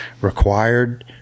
required